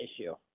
issue